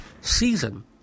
season